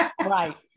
Right